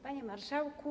Panie Marszałku!